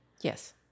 Yes